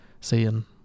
Seeing